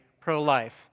pro-life